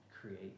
create